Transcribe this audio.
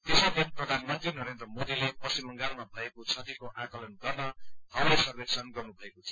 त्यसै दिन प्रधानमन्त्री नरेन्द्र मोदीले पश्चिम बंगालमा भएको क्षतिको आँकलन गर्न हवाई सर्वेक्षण गर्नुभएको थियो